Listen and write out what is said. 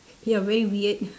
you're very weird